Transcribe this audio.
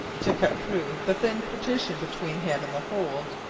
to cut through the thin partition between him and the hold,